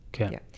okay